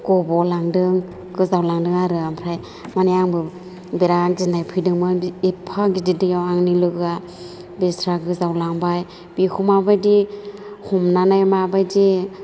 गब'लांदों गोजावलांदों आरो ओमफ्राय माने आंबो बिराद गिनाय फैदोंमोन बे एफा गिदिर दैआव आंनि लोगोआ बेसेरा गोजावलांबाय बेखौ माबायदि हमनानै माबायदि